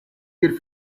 good